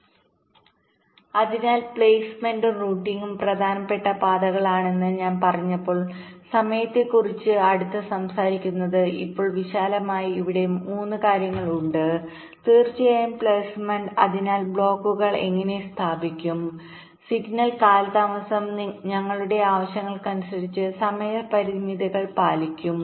അതിനാൽ ടൈം ക്ലോഷെറിനെ കുറിച്ച് സംസാരിക്കുമ്പോൾ പ്ലെയ്സ്മെന്റും റൂട്ടിംഗുംപ്രധാനപ്പെട്ട പാതകളാണെന്ന് ഞാൻ പറഞ്ഞു ഇപ്പോൾ വിശാലമായി ഇവിടെ 3 കാര്യങ്ങൾ ഉണ്ട് തീർച്ചയായും പ്ലെയ്സ്മെന്റ് അതിനാൽ ബ്ലോക്കുകൾ എങ്ങനെ സ്ഥാപിക്കാം സിഗ്നൽ കാലതാമസം ഞങ്ങളുടെ ആവശ്യങ്ങൾക്കനുസരിച്ച് സമയ പരിമിതികൾ പാലിക്കും